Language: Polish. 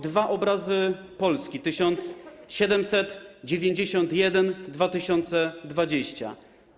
Dwa obrazy Polski: 1791 r. i 2020 r.